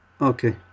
Okay